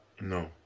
No